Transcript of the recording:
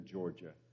Georgia